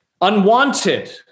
unwanted